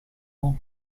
rangs